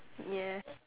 ya